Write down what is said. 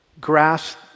grasp